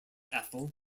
ethel